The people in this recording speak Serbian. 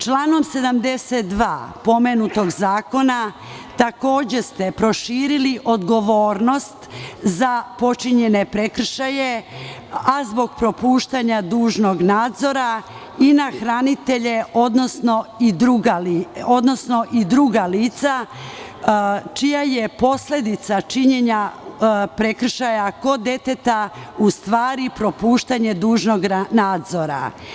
Članom 72. pomenutog zakona takođe ste proširili odgovornost za počinjene prekršaje, a zbog propuštanja dužnog nadzora i na hranitelje, odnosno i druga lica čija je posledica činjenja prekršaja kod deteta u stvari propuštanje dužnog nadzora.